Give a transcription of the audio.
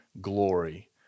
glory